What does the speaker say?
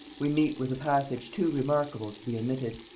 we meet with a passage too remarkable to be omitted.